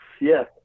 Yes